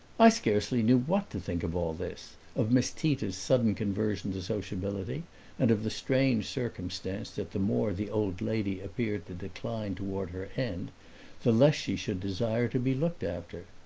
i scarcely knew what to think of all this of miss tita's sudden conversion to sociability and of the strange circumstance that the more the old lady appeared to decline toward her end the less she should desire to be looked after.